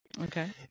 Okay